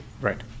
Right